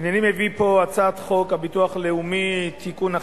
הנני מביא פה הצעת חוק הביטוח הלאומי (תיקון,